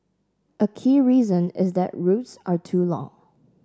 a key reason is that routes are too long